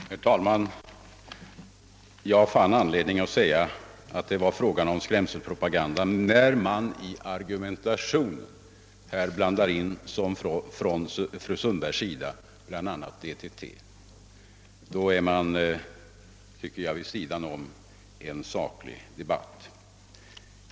Herr talman! Jag fann anledning säga att det var fråga om skrämselpropaganda. När man i argumentation från fru Sundbergs sida blandar in bl a. DDT, är man vid sidan av en saklig debatt.